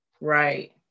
Right